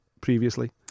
previously